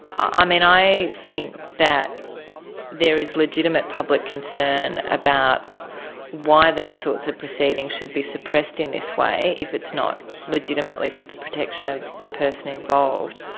ah mean, i think that there is legitimate public concern about why these sorts of proceedings should be suppressed in this way if it's not legitimately for the protection of the person involved.